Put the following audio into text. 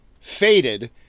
faded